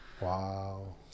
Wow